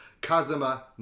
Kazuma